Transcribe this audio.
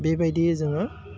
बेबायदियै जोङो